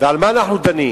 על מה אנחנו דנים?